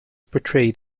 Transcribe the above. portrayed